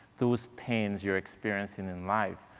those pains you're experiencing in life,